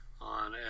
on